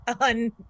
on